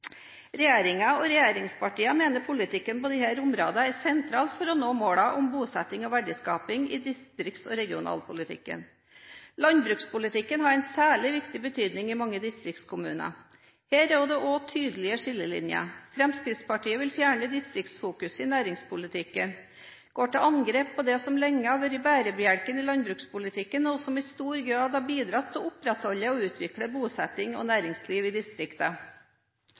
og mineralnæring osv. Regjeringen og regjeringspartiene mener politikken på disse områdene er sentral for å nå målene om bosetting og verdiskaping i distrikts- og regionalpolitikken. Landbrukspolitikken har en særlig viktig betydning i mange distriktskommuner. Her er det også tydelige skillelinjer. Fremskrittspartiet vil fjerne distriktfokuset i næringspolitikken. De går til angrep på det som lenge har vært bærebjelken i landbrukspolitikken, og som i stor grad har bidratt til å opprettholde og utvikle bosetting og næringsliv i